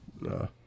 No